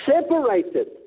separated